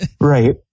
right